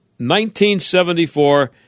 1974